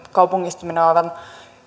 kaupungistuminen on aivan